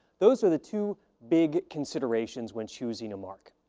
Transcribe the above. those are the two big considerations when choosing a mark.